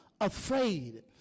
afraid